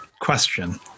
question